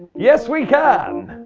yes we can!